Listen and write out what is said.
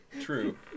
true